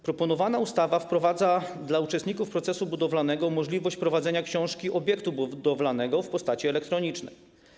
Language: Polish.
Proponowana ustawa wprowadza dla uczestników procesu budowlanego możliwość prowadzenia książki obiektu budowlanego w postaci elektronicznej.